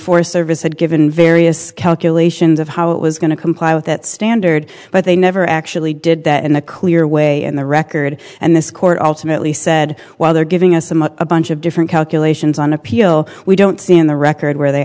forest service had given various calculations of how it was going to comply with that standard but they never actually did that in a clear way in the record and this court ultimately said while they're giving us among a bunch of different calculations on appeal we don't see in the record where they